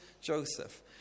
Joseph